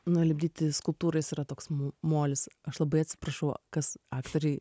nulipdyti skulptūras jis yra toks molis aš labai atsiprašau kas aktoriai